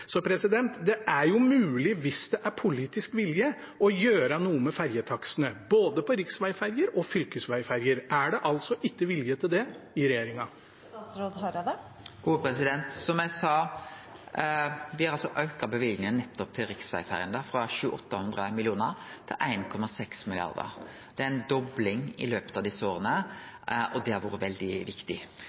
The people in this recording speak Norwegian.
Så hvis det er politisk vilje, er det jo mulig å gjøre noe med ferjetakstene, både på riksvegferjer og på fylkesvegferjer. Er det ikke vilje til det i regjeringen? Som eg sa, me har altså auka løyvinga til riksvegferjene frå 700–800 mill. kr til 1,6 mrd. kr. Det er ei dobling i løpet av desse åra, og det har vore veldig viktig.